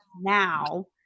now